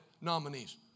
nominees